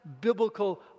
biblical